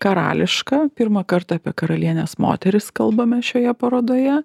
karališka pirmą kartą apie karalienes moteris kalbame šioje parodoje